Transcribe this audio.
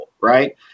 right